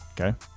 Okay